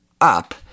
up